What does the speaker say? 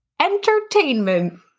entertainment